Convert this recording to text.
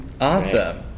Awesome